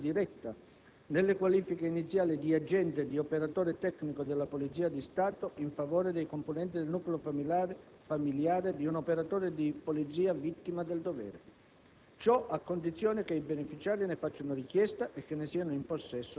Oltre ai benefìci di natura economica, le vigenti disposizioni prevedono l'assunzione diretta nelle qualifiche iniziali di agente o di operatore tecnico della Polizia di Stato, in favore dei componenti del nucleo familiare, di un operatore di Polizia vittima del dovere.